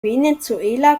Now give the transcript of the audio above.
venezuela